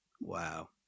Wow